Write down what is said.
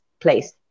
place